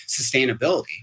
sustainability